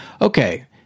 okay